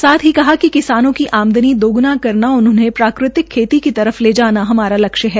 साथ ही कहा कि किसानों की आमदनी दोगुना करना और उन्हे प्राकृतिक खेती की तरफ ले जाना लक्ष्य है